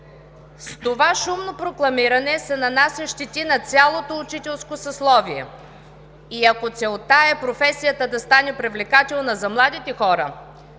С това шумно прокламиране се нанасят щети на цялото учителско съсловие и, ако целта е професията да стане привлекателна за младите хора,